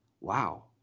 wow